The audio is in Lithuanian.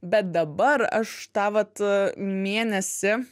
bet dabar aš tą vat mėnesį